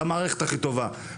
את המערכת הכי טובה.